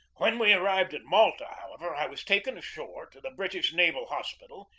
when we arrived at malta, however, i was taken ashore to the british naval hospital,